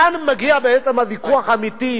כאן מגיע בעצם הוויכוח האמיתי,